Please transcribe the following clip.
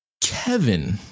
Kevin